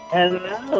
Hello